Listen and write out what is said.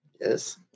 Yes